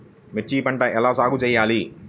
మిర్చి పంట ఎలా సాగు చేయాలి?